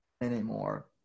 anymore